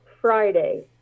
Friday